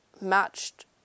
matched